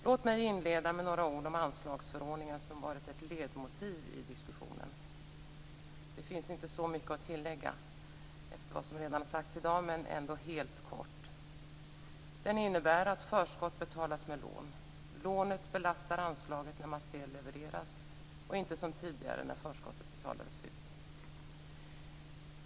Låg mig inleda med några ord om anslagsförordningen som varit ett ledmotiv i diskussionen. Det finns inte så mycket att tillägga efter det som redan har sagts i dag, men låt mig ändå säga något helt kort. Den innebär att förskott betalas med lån. Lånet belastar anslaget när materiel levereras och inte som tidigare när förskottet betalades ut.